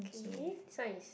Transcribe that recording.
okay this one is